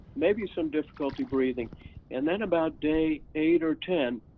maybe some difficulty breathing and then about day eight or ten,